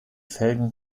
felgen